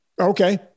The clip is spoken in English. Okay